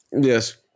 Yes